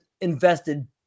invested